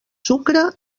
sucre